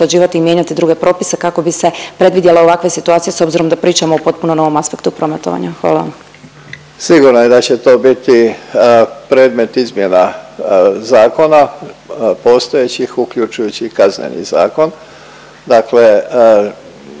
usklađivati i mijenjati druge propise kako bi se predvidjele ovakve situacije s obzirom da pričamo o potpuno novom aspektu prometovanja? Hvala vam. **Božinović, Davor (HDZ)** Sigurno je da će to biti predmet izmjena zakona postojećih, uključujući i Kazneni zakon. Dakle,